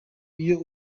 iyo